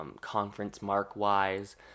conference-mark-wise